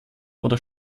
oder